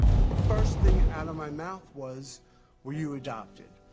the first thing out of my mouth was were you adopted.